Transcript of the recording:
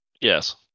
Yes